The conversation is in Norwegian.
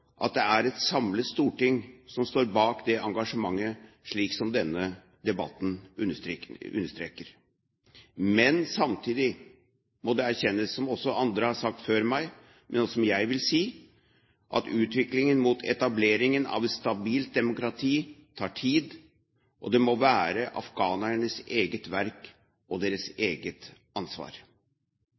at det er et samlet storting som står bak dette engasjementet, slik som denne debatten understreker. Men samtidig må det erkjennes, som andre har sagt før meg, men som også jeg vil si, at utviklingen mot etablering av et stabilt demokrati tar tid og må være afghanernes eget verk og deres eget ansvar.